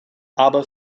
aber